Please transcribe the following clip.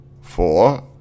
four